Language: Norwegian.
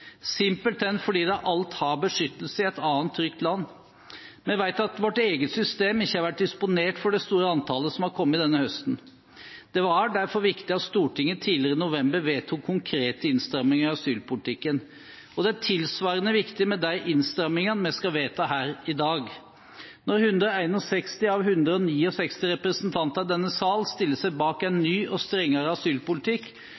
simpelthen fordi de allerede har beskyttelse i et annet trygt land. Vi vet at vårt eget system ikke har vært disponert for det store antallet som har kommet denne høsten. Det var derfor viktig at Stortinget tidligere i november vedtok konkrete innstramminger i asylpolitikken. Og det er tilsvarende viktig med de innstrammingene vi skal vedta her i dag. Når 161 av 169 representanter i denne sal stiller seg bak